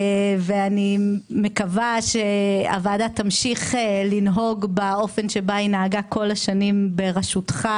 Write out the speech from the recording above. אני מקווה שהוועדה תמשיך לנהוג באופן שבו היא נהגה בכל השנים בראשותך,